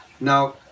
Now